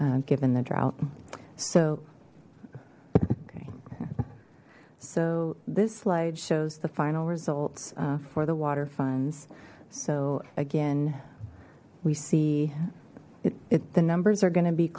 given the drought so so this slide shows the final results for the water funds so again we see it the numbers are going to be